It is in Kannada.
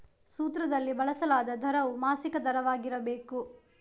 ಸೂತ್ರದಲ್ಲಿ ಬಳಸಲಾದ ದರವು ಮಾಸಿಕ ದರವಾಗಿರಬೇಕು